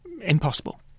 impossible